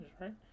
right